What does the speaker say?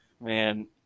man